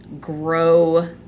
grow